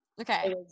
Okay